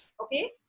okay